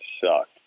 sucked